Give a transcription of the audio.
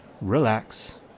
relax